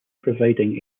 providing